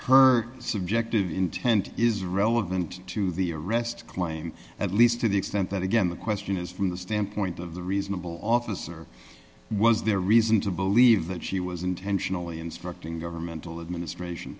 her subjective intent is relevant to the arrest claim at least to the extent that again the question is from the standpoint of the reasonable officer was there reason to believe that she was intentionally instructing governmental administration